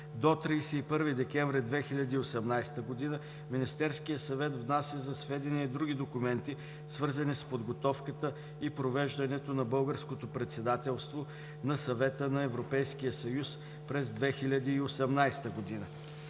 До 31 декември 2018 г. Министерският съвет внася за сведение и други документи, свързани с подготовката и провеждането на българското председателство на Съвета на Европейския съюз през 2018 г.“